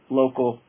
local